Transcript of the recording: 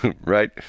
right